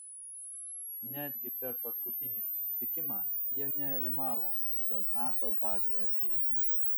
netgi per paskutinį susitikimą jie nerimavo dėl nato bazių estijoje